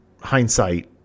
hindsight